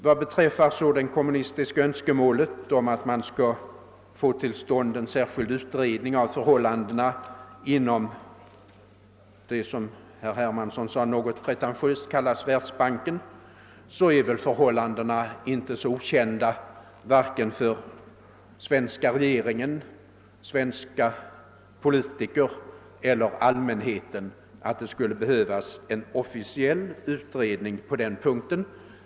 Vad beträffar det kommunistiska önskemålet om att få till stånd en särskild utredning av förhållandena inom det institut som — enligt herr Hermansson — »något pretentiöst« kallas världsbanken är väl förhållandena inte så okända vare sig för svenska regeringen, svenska politiker eller allmänheten, att det skulle behövas en officiell utredning på den punkten.